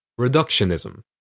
reductionism